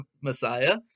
Messiah